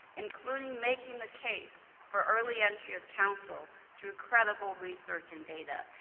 including making the case for early entry of counsel through credible research and data,